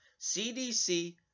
CDC